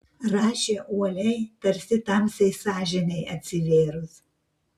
rašė uoliai tarsi tamsiai sąžinei atsivėrus